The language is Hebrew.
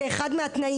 זה אחד מהתנאים,